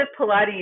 Pilates